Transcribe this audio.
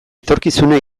etorkizuna